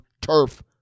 turf